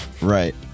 Right